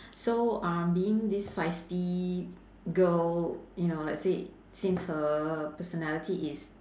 so uh being this feisty girl you know let's say since her personality is